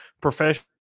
professional